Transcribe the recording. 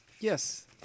Yes